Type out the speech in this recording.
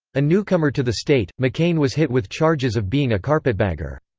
a newcomer to the state, mccain was hit with charges of being a carpetbagger.